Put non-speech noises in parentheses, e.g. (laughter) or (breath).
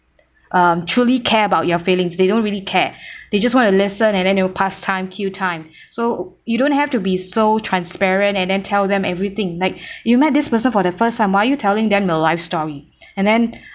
um truly care about your feelings they don't really care (breath) they just want to listen and then they will pass time kill time so you don't have to be so transparent and then tell them everything like you met this person for the first time why are you telling them your life story and then